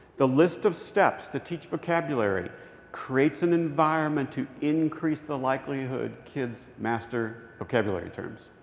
the list of steps to teach vocabulary creates an environment to increase the likelihood kids master vocabulary terms.